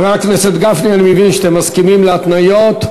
חבר הכנסת גפני, אני מבין שאתם מסכימים להתניות.